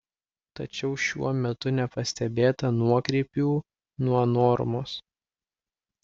tačiau šiuo metu nepastebėta nuokrypių nuo normos